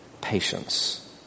patience